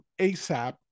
ASAP